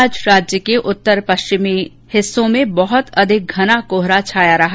आज राज्य के उत्तर पश्चिमी हिस्सों में बहुत अधिक घना कोहरा छाया रहा